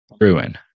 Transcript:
ruin